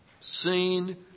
seen